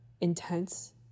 intense